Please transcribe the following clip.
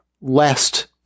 lest